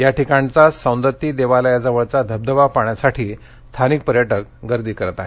या ठिकाणचा सौंदती देवालयाजवळचा धबधबा पाहण्यासाठी स्थानिक पर्यटक गर्दी करत आहेत